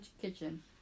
kitchen